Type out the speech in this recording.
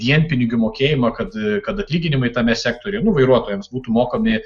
dienpinigių mokėjimą kad kad atlyginimai tame sektoriuje nu vairuotojams būtų mokami